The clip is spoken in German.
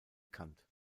kant